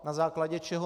Na základě čeho?